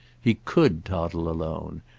he could toddle alone,